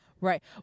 Right